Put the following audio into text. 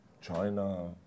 China